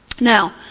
Now